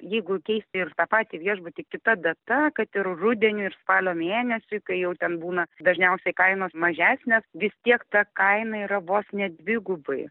jeigu keisti ir tą patį viešbutį kita data kad ir rudeniui ir spalio mėnesį kai jau ten būna dažniausiai kainos mažesnės vis tiek ta kaina yra vos ne dvigubai